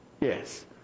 Yes